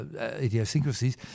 idiosyncrasies